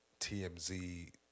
TMZ